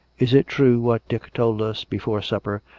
is it true what dick told us before supper,